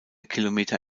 kilometer